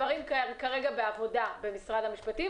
כרגע יש דברים בעבודה במשרד המשפטים,